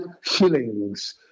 shillings